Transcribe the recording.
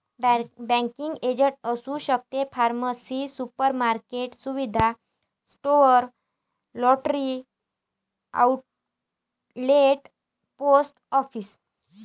banking agent असू शकते pharmacy supermarket सुविधा store lottery outlet post office